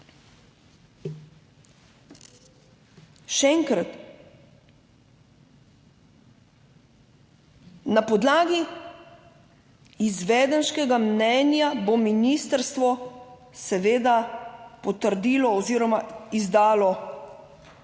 Še enkrat, na podlagi izvedenskega mnenja bo ministrstvo seveda potrdilo oziroma izdalo